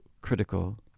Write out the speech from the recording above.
critical